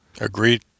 Agreed